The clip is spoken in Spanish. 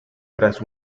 tras